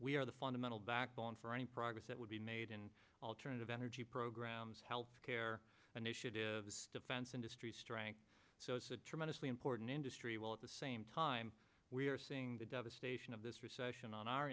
we are the fundamental backbone for any progress that would be made in alternative energy programs health care initiative the defense industry strength so it's a tremendously important industry while at the same time we are seeing the devastation of this recession on our